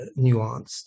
nuanced